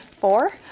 Four